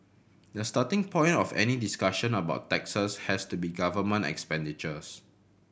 the starting point of any discussion about taxes has to be government expenditures